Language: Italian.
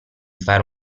fare